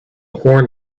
horn